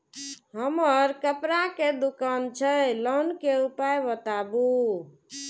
हमर कपड़ा के दुकान छै लोन के उपाय बताबू?